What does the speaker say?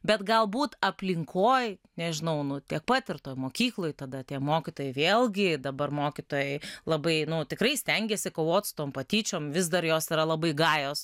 bet galbūt aplinkoj nežinau nu tiek pat ir toj mokykloj tada tie mokytojai vėlgi dabar mokytojai labai nu tikrai stengiasi kovot su tom patyčiom vis dar jos yra labai gajos